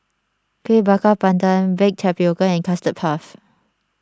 Kueh Bakar Pandan Baked Tapioca and Custard Puff